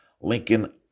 lincoln